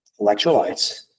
electrolytes